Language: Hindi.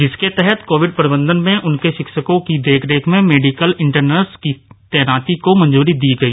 जिसके तहत कोविड प्रबंधन में उनके शिक्षकों की देखरेख में मेडिकल इंटर्नस की तैनाती को मंजूरी दी गई